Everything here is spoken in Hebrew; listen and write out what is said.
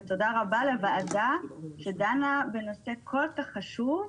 ותודה רבה לוועדה שדנה בנושא כל כך חשוב,